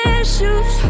issues